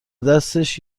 دستش